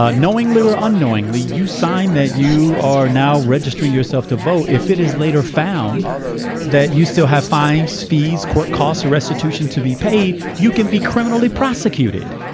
ah knowingly or unknowingly, you sign that you are now registering yourself to vote. if it is later found that you still have five spees court costs or restitution to be paid, you can be criminally prosecuted.